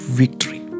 victory